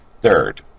Third